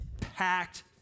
packed